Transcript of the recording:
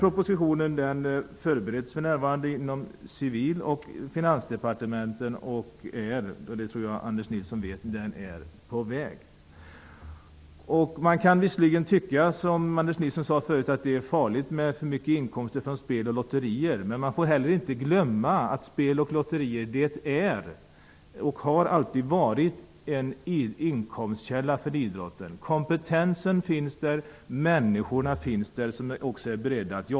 Propositionen förbereds för närvarande inom Civiloch Finansdepartementen, och den är på väg. Precis som Anders Nilsson sade tidigare kan det vara farligt med för mycket inkomster från spel och lotterier. Man får inte heller glömma att spel och lotterier är och har varit en inkomstkälla för idrottsrörelsen. Kompetensen och människorna finns där.